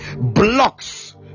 blocks